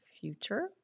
future